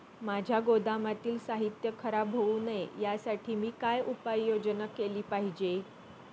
माझ्या गोदामातील साहित्य खराब होऊ नये यासाठी मी काय उपाय योजना केली पाहिजे?